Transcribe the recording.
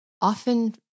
often